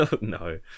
No